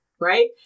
right